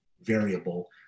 variable